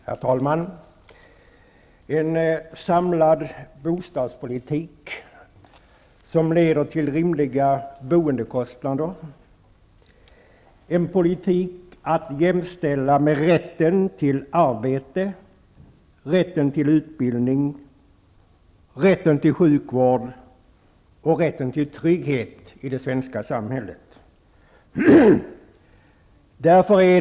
Herr talman! En samlad bostadspolitik, som leder till rimliga boendekostnader, är en politik att jämställa med rätten till arbete, utbildning, sjukvård och trygghet i det svenska samhället.